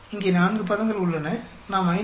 இங்கே 4 பதங்கள் உள்ளன நாம் 5